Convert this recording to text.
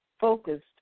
focused